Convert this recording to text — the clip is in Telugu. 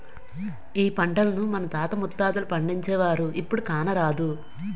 ఈ పంటను మన తాత ముత్తాతలు పండించేవారు, ఇప్పుడు కానరాదు